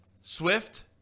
swift